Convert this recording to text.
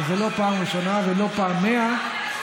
שזו לא פעם ראשונה ולא פעם ה-100.